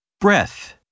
Breath